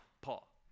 Paul